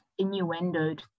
innuendoed